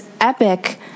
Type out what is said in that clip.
Epic